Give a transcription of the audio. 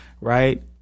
right